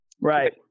Right